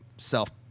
self